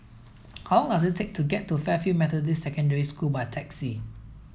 how long does it take to get to Fairfield Methodist Secondary School by taxi